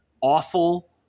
awful